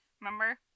Remember